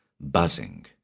buzzing